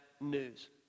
news